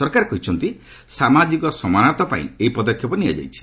ସରକାର କହିଛନ୍ତି ସାମାଜିକ ସମାନତା ପାଇଁ ଏହି ପଦକ୍ଷେପ ନିଆଯାଇଛି